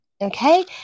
okay